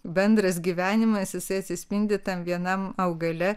bendras gyvenimas jisai atsispindi tam vienam augale